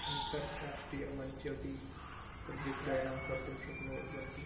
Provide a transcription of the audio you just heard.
अन्ताराष्ट्रीयमञ्चे अपि तद् विक्रयणं कर्तुं शक्नुवन्ति